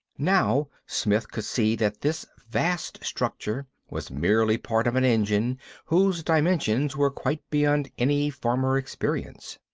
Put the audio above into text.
now smith could see that this vast structure was merely part of an engine whose dimensions were quite beyond any former experience.